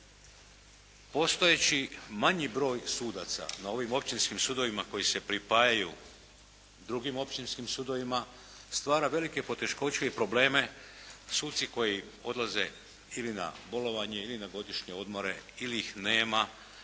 postojeći manji broj sudaca na ovim općinskim sudovima koji se pripajaju drugim općinskim sudovima stvara velike poteškoće i probleme suci koji odlaze ili na bolovanje ili na godišnje odmore ili ih nema